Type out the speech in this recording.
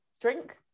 Drink